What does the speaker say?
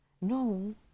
No